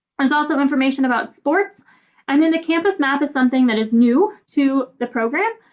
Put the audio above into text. there's also information about sports and then the campus map is something that is new to the program.